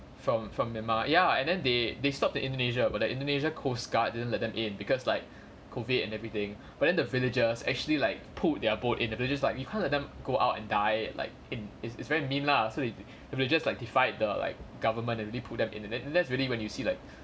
from from the ma~ ya and then they they stopped at indonesia but the indonesia coastguard didn't let them in because like COVID and everything but then the villagers actually like pulled their boat and the villagers like you can't let them go out and die like in it's it's very mean lah so they just like defied the like government and they already pulled them in and then that's really when you see like